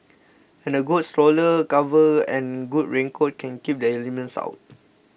and a good stroller cover and good raincoat can keep the elements out